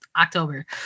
October